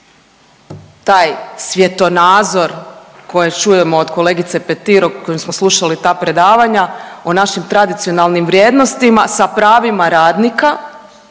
taj svjetonazor kojeg čujemo od kolegice Petir, o kojem smo slušali ta predavanja o našim tradicionalnim vrijednostima sa pravima radnika,